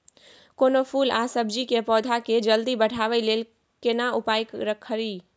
कोनो फूल आ सब्जी के पौधा के जल्दी बढ़ाबै लेल केना उपाय खरी?